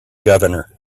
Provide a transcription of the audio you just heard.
governor